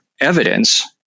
evidence